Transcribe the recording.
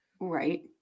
right